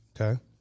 Okay